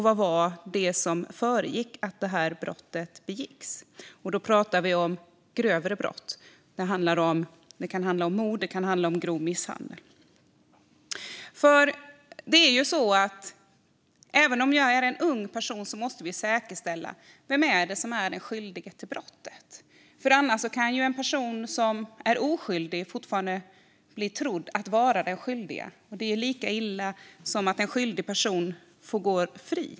Vad var det som föregick att brottet begicks? Här talar vi om grövre brott såsom mord eller grov misshandel. Även om det handlar om unga personer måste vi säkerställa vem som är skyldig till brottet, annars kan man fortsätta tro att en oskyldig person är skyldig. Det är lika illa som att en skyldig person får gå fri.